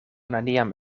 neniam